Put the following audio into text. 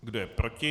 Kdo je proti?